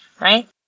right